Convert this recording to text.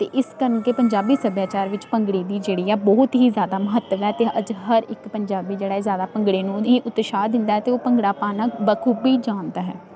ਅਤੇ ਇਸ ਕਰਕੇ ਪੰਜਾਬੀ ਸੱਭਿਆਚਾਰ ਵਿੱਚ ਭੰਗੜੇ ਦੀ ਜਿਹੜੀ ਆ ਬਹੁਤ ਹੀ ਜ਼ਿਆਦਾ ਮਹੱਤਵ ਹੈ ਅਤੇ ਅੱਜ ਹਰ ਇੱਕ ਪੰਜਾਬੀ ਜਿਹੜਾ ਹੈ ਜ਼ਿਆਦਾ ਭੰਗੜੇ ਨੂੰ ਉਹਦੀ ਉਤਸਾਹ ਦਿੰਦਾ ਅਤੇ ਉਹ ਭੰਗੜਾ ਪਾਉਣਾ ਬਾਖੂਬੀ ਜਾਣਦਾ ਹੈ